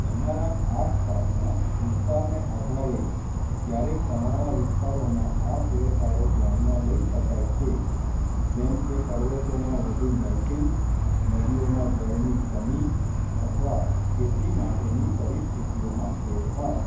તમારા આસપાસના વિસ્તારને આધારે ક્યારેક તમારા વિસ્તારોમાં આ ફેરફારો ધ્યાનમાં લઈ શકાય છે જેમ કે પર્વતોમાં વધુ મેલ્ટિંગ નદીઓમાં જળની કમી અથવા ખેતી માટેની પરિસ્થિતિઓમાં ફેરફાર